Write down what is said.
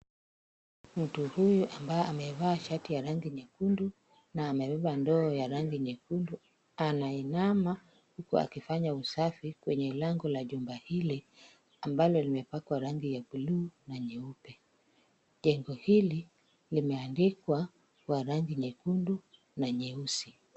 Mtu huyu ambaye amevaa shati ya rangi nyekundu na amebeba ndoo ya rangi nyekundu anainama huku akifanya usafi kwenye lango la jumba hili ambalo limepakwa rangi ya buluu na nyeupe. Jengo hili limeandikwa kwa rangi nyekundu na nyeusi.